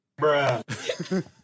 Bruh